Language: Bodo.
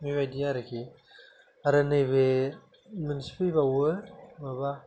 बेबायदि आरोखि आरो नैबे मोनसे फैबावो माबा